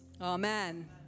Amen